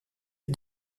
est